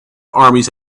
armies